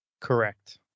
Correct